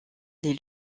les